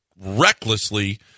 recklessly –